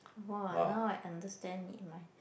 !wah! now I understand it my